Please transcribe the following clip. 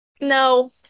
No